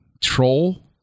troll